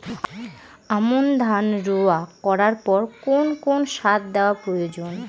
আমন ধান রোয়া করার পর কোন কোন সার দেওয়া প্রয়োজন?